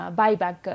buyback